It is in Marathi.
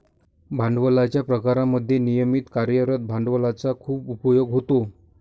भांडवलाच्या प्रकारांमध्ये नियमित कार्यरत भांडवलाचा खूप उपयोग होतो